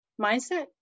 mindset